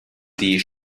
die